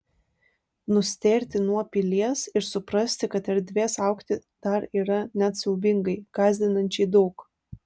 nustėrti nuo pilies ir suprasti kad erdvės augti dar yra net siaubingai gąsdinančiai daug